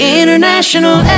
international